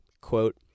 quote